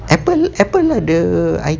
apple apple lah the I